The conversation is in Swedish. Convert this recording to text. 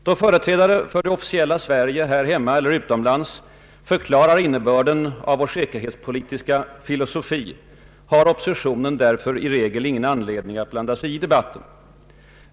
Då företrädare för det officiella Sverige här hemma eller utomlands förklarar innebörden av vår säkerhetspolitiska filosofi har oppositionen därför i regel ingen anledning att blanda sig i debatten.